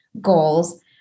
goals